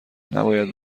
نباید